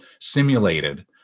simulated